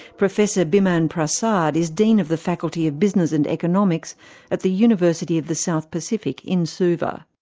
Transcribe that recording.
professor biman prasad is dean of the faculty of business and economics at the university of the south pacific in suva.